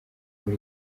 kuri